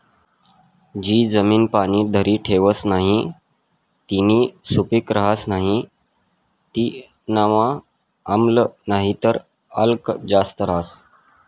जी जमीन पाणी धरी ठेवस नही तीनी सुपीक रहस नाही तीनामा आम्ल नाहीतर आल्क जास्त रहास